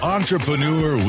Entrepreneur